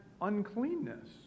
uncleanness